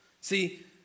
See